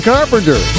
Carpenter